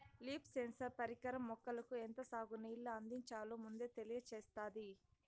leaf sensor పరికరం మొక్కలకు ఎంత సాగు నీళ్ళు అందించాలో ముందే తెలియచేత్తాది